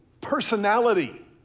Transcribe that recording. personality